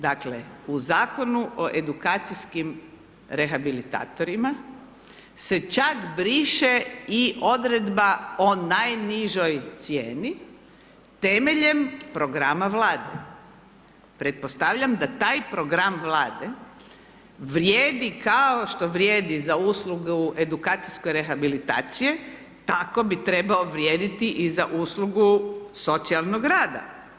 Dakle, u Zakonu o edukacijskim rehabilitatorima se čak briše i odredba o najnižoj cijeni temeljem programa Vlade, pretpostavljam da taj program Vlade vrijedi kao što vrijedi za uslugu edukacijsko rehabilitacije, tako bi trebao vrijediti i za uslugu socijalnog rada.